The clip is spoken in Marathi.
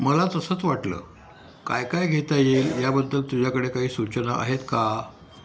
मला तसंच वाटलं काय काय घेता येईल याबद्दल तुझ्याकडे काही सूचना आहेत का